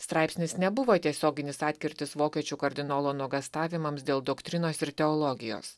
straipsnis nebuvo tiesioginis atkirtis vokiečių kardinolo nuogąstavimam dėl doktrinos ir teologijos